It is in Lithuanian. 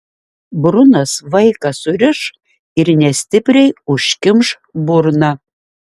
brunas vaiką suriš ir nestipriai užkimš burną